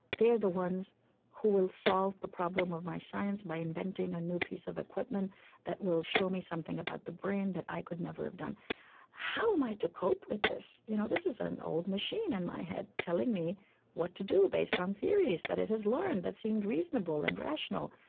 they are the ones who will solve the problem of my science by inventing a new piece of equipment that will show me something about the brain that i could never have done how am i to cope with this? you know this is an old machine in my head telling me what to do based on theories that it has learned, that seemed reasonable and rational.